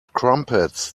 crumpets